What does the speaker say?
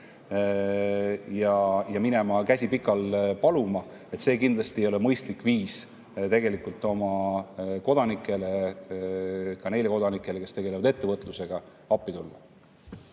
ja minema, käsi pikal, paluma – see kindlasti ei ole mõistlik viis oma kodanikele, ka neile kodanikele, kes tegelevad ettevõtlusega, appi minna.